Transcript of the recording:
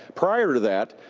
prior to that,